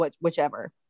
whichever